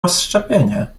rozszczepienie